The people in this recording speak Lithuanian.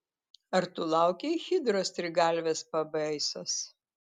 ar tu laukei hidros trigalvės pabaisos